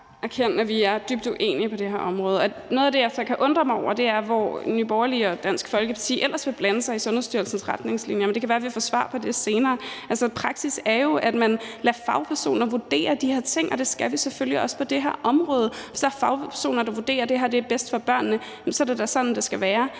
at vi er dybt uenige på det her område. Noget af det, jeg så kan undre mig over, er, hvor Nye Borgerlige og Dansk Folkeparti ellers vil blande sig i Sundhedsstyrelsens retningslinjer. Det kan være, at vi får svar på det senere. Praksis er jo, at man lader fagpersonerne vurdere de her ting, og det skal vi selvfølgelig også på det her område. Så hvis fagpersonerne vurderer, at det her er bedst for børnene, er det da sådan, det skal være.